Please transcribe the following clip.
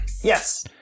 Yes